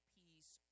peace